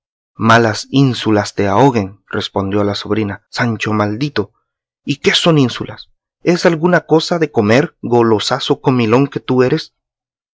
malas ínsulas te ahoguen respondió la sobrina sancho maldito y qué son ínsulas es alguna cosa de comer golosazo comilón que tú eres